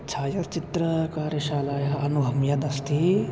छायाचित्रकार्यशालायाः अनुभवः यदस्ति